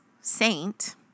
saint